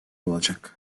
olacak